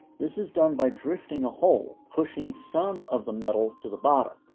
this is done by drifting a hole, pushing some of the metal to the bottom.